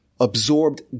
absorbed